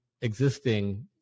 existing